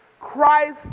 Christ